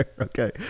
Okay